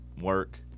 work